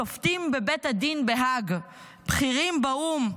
שופטים בבית הדין בהאג, בכירים באו"ם,